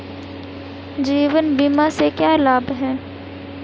जीवन बीमा से क्या लाभ हैं?